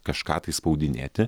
kažką tai spaudinėti